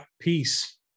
peace